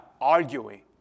arguing